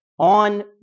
on